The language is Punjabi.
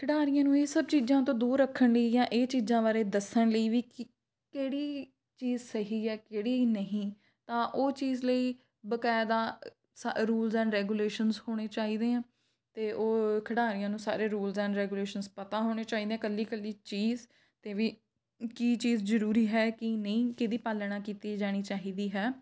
ਖਿਡਾਰੀਆਂ ਨੂੰ ਇਹ ਸਭ ਚੀਜ਼ਾਂ ਤੋਂ ਦੂਰ ਰੱਖਣ ਲਈ ਜਾਂ ਇਹ ਚੀਜ਼ਾਂ ਬਾਰੇ ਦੱਸਣ ਲਈ ਵੀ ਕਿਹੜੀ ਚੀਜ਼ ਸਹੀ ਹੈ ਕਿਹੜੀ ਨਹੀਂ ਤਾਂ ਉਹ ਚੀਜ਼ ਲਈ ਬਕਾਇਦਾ ਸ ਰੂਲਜ਼ ਐਂਡ ਰੈਗੂਲੇਸ਼ਨਸ ਹੋਣੇ ਚਾਹੀਦੇ ਆ ਅਤੇ ਉਹ ਖਿਡਾਰੀਆਂ ਨੂੰ ਸਾਰੇ ਰੂਲਜ਼ ਐਂਡ ਰੈਗੂਲੇਸ਼ਨਸ ਪਤਾ ਹੋਣੇ ਚਾਹੀਦੇ ਇਕੱਲੀ ਇਕੱਲੀ ਚੀਜ਼ 'ਤੇ ਵੀ ਕੀ ਚੀਜ਼ ਜ਼ਰੂਰੀ ਹੈ ਕਿ ਨਹੀਂ ਕਿਹਦੀ ਪਾਲਣਾ ਕੀਤੀ ਜਾਣੀ ਚਾਹੀਦੀ ਹੈ